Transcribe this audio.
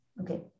okay